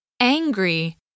Angry